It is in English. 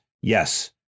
yes